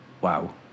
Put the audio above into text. Wow